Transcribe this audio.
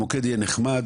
המוקד יהיה נחמד,